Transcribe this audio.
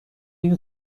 این